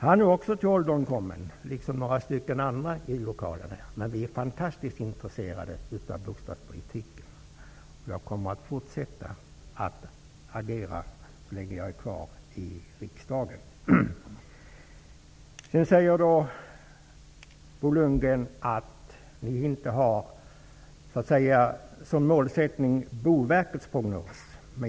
Liksom några andra här i lokalen är Hegeland också till åren kommen. Men vi är fantastiskt intresserade av bostadspolitiken. Jag kommer att fortsätta att agera så länge jag är kvar i riksdagen. Bo Lundgren sade att vi inte har Boverkets prognos som målsättning.